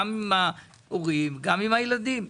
גם עם ההורים וגם עם הילדים.